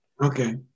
Okay